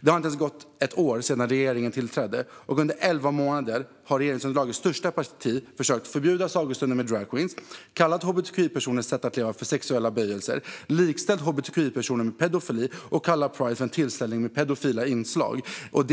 Det har inte gått ens ett år sedan regeringen tillträdde, och under elva månader har regeringsunderlagets största parti försökt förbjuda sagostunder med dragqueens, kallat hbtqi-personers sätt att leva för sexuella böjelser, likställt hbtqi-personer med pedofili och kallat Pride för en tillställning med pedofila inslag. Och